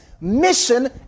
mission